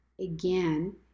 again